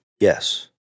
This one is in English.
Yes